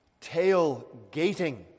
tailgating